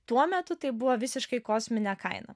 tuo metu tai buvo visiškai kosminė kaina